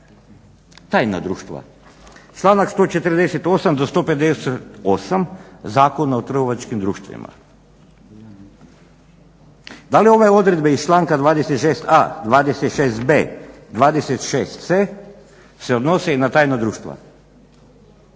Tajna društva. članak 148. do 158. Zakona o trgovačkim društvima. Da li ove odredbe iz članka 26.a, 26.b, 26.c se odnose i na tajna društva.